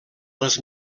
les